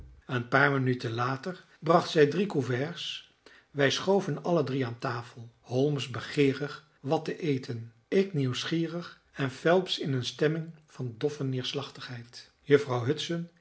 een paar minuten later bracht zij drie couverts wij schoven alle drie aan tafel holmes begeerig wat te eten ik nieuwsgierig en phelps in een stemming van doffe neerslachtigheid juffrouw hudson